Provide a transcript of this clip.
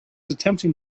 attempting